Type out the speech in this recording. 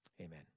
amen